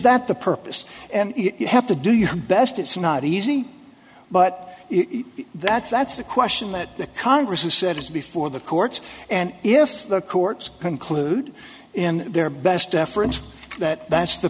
that the purpose and you have to do your best it's not easy but that's that's the question that the congress has said is before the courts and if the courts conclude in their best efforts that that's the